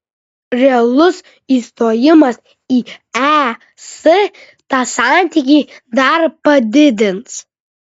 realus įstojimas į es tą santykį dar padidins